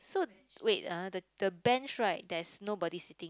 so wait ah the the bench right there is nobody sitting